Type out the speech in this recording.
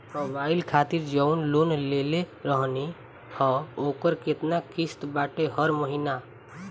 Mobile खातिर जाऊन loan लेले रहनी ह ओकर केतना किश्त बाटे हर महिना?